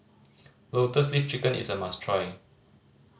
Lotus Leaf Chicken is a must try